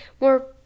more